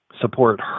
support